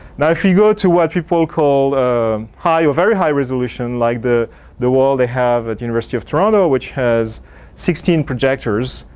now if we go to what people call a high or very high resolution like the the wall they have at the university of toronto which has sixteen projectors.